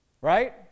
right